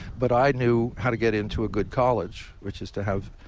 but i knew how to get into a good college, which is to have